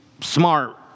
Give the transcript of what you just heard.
smart